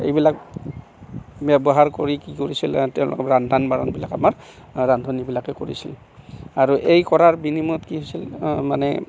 এইবিলাক ব্যৱহাৰ কৰি কি কৰিছিলে তেওঁলোকে ৰান্ধন বাঢ়নবিলাক আমাৰ ৰান্ধনীবিলাকে কৰিছিলে আৰু এই কৰাৰ বিনিময়ত কি হৈছিলে মানে